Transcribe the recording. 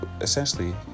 essentially